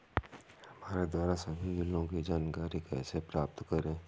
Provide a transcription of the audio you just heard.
हमारे द्वारा सभी बिलों की जानकारी कैसे प्राप्त करें?